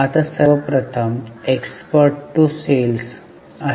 आता सर्वप्रथम export to sales आहे